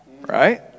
right